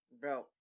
Bro